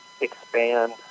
expand